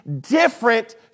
different